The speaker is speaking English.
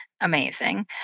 amazing